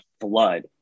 flood